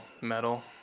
metal